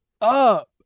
up